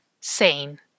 sane